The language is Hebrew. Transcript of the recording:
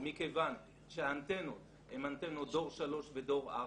מכיוון שהאנטנות הן אנטנות דור 3 ודור 4,